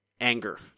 anger